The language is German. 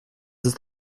ist